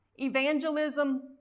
evangelism